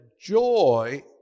joy